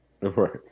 Right